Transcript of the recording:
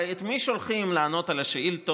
הרי את מי שולחים לענות על השאילתות,